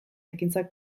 ekintzak